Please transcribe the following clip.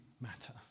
matter